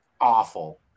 awful